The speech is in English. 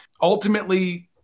ultimately